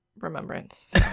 remembrance